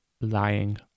lying